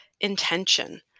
intention